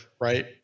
right